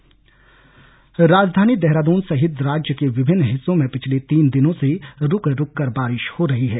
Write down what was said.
मौसम राजधानी सहित राज्य के विभिन्न हिस्सों में पिछले तीन दिनों से रूक रूककर बारिश हो रही है